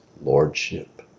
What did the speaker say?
lordship